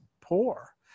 poor